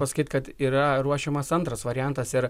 pasakyt kad yra ruošiamas antras variantas ir